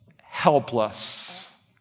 helpless